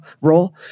role